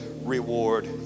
reward